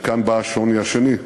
וכאן בא השוני השני: